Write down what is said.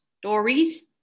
Stories